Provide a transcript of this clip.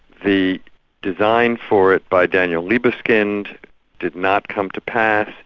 the design for it by daniel libeskind did not come to pass.